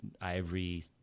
Ivory